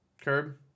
Curb